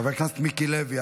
חבר הכנסת מיקי לוי,